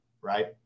right